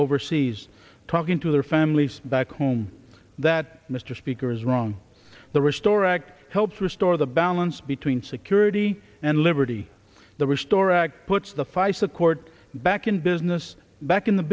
overseas talking to their families back home that mr speaker is wrong the restore act helped restore the balance between security and liberty the restore act puts the feis the court back in business back in the